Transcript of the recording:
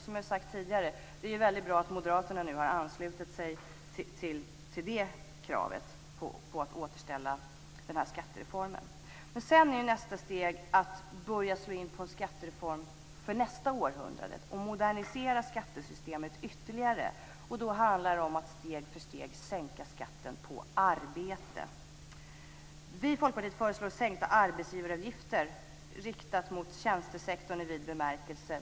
Som jag tidigare har sagt är det väldigt bra att moderaterna nu har anslutit sig till kravet på att återställa skattereformen. Nästa steg är att slå in på en skattereform för nästa århundrade och att modernisera skattesystemet ytterligare. Då handlar det om att steg för steg sänka skatten på arbete. Vi i Folkpartiet föreslår sänkta arbetsgivaravgifter med 18 miljarder kronor, riktat mot tjänstesektorn i vid bemärkelse.